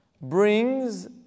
brings